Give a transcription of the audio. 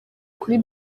kuri